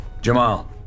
Jamal